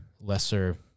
lesser